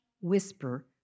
whisper